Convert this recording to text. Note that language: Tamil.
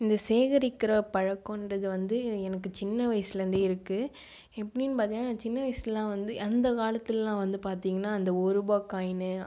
இந்த சேகரிக்கும் பழக்கம் என்பது வந்து எனக்கு சின்ன வயதிலிருந்தே இருக்கு எப்படின்னு பார்த்தீங்கன்னா நான் சின்ன வயசில் வந்து அந்த காலத்தில் எல்லாம் வந்து பார்த்தீங்கன்னா அந்த ஒரு ரூபாய் காயின்